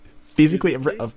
physically